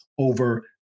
over